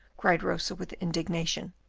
cried rosa, with indignation.